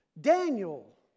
Daniel